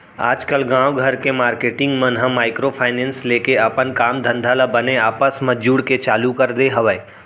आजकल गाँव घर के मारकेटिंग मन ह माइक्रो फायनेंस लेके अपन काम धंधा ल बने आपस म जुड़के चालू कर दे हवय